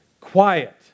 quiet